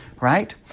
right